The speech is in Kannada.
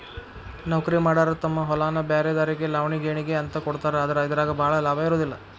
ನೌಕರಿಮಾಡಾರ ತಮ್ಮ ಹೊಲಾನ ಬ್ರ್ಯಾರೆದಾರಿಗೆ ಲಾವಣಿ ಗೇಣಿಗೆ ಅಂತ ಕೊಡ್ತಾರ ಆದ್ರ ಇದರಾಗ ಭಾಳ ಲಾಭಾ ಇರುದಿಲ್ಲಾ